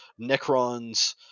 Necrons